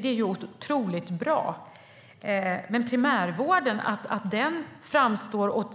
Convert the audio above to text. Det är otroligt bra. Men att